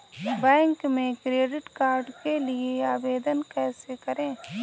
Bank में credit card के लिए आवेदन कैसे करें?